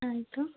ಆಯಿತು